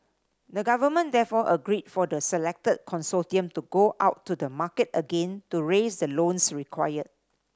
the government therefore agreed for the selected consortium to go out to the market again to raise the loans required